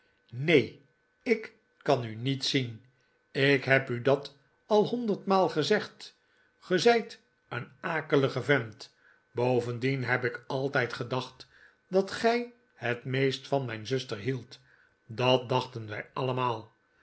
neen ik kan u niet zien ik heb u dat al honderdmaal gezegd ge zijt een akelige vent bovendien heb ik altijd gedacht dat gij het meest van mijn zuster hieldt dat dachten wij allemaal